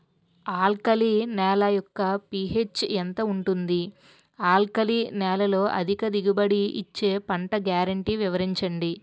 Alkali నేల యెక్క P H ఎంత ఉంటుంది? ఆల్కలి నేలలో అధిక దిగుబడి ఇచ్చే పంట గ్యారంటీ వివరించండి?